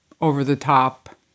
over-the-top